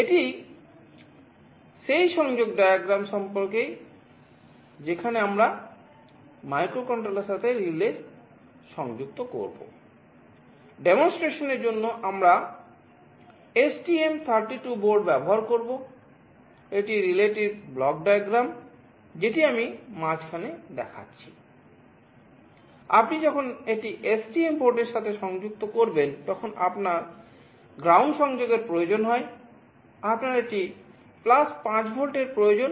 এটি সেই সংযোগ ডায়াগ্রাম সম্পর্কেই যেখানে আমরা মাইক্রোকন্ট্রোলারের সাথে রিলে সংযুক্ত করব ডেমনস্ট্রেশন এর প্রয়োজন